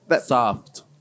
Soft